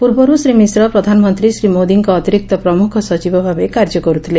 ପୂର୍ବରୁ ଶ୍ରୀ ମିଶ୍ର ପ୍ରଧାନମନ୍ତୀ ଶ୍ରୀ ମୋଦିଙ୍କ ଅତିରିକ୍ତ ପ୍ରମୁଖ ସଚିବ ଭାବେ କାର୍ଯ୍ୟ କରୁଥିଲେ